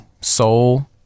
soul